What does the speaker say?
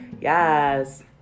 yes